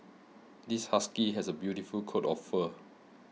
this husky has a beautiful coat of fur